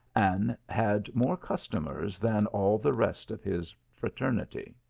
and had more customers than all the rest of his fraternity.